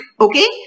Okay